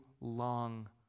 long